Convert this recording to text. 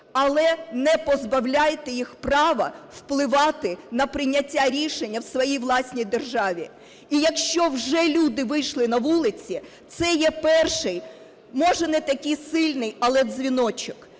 але не позбавляйте їх прав впливати на прийняття рішення в своїй власній державі. І якщо вже люди вийшли на вулиці, це є перший, може не такий сильний, але дзвіночок.